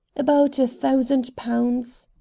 about a thousand pounds.